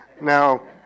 Now